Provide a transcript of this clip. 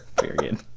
Period